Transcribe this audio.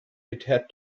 had